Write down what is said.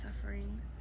suffering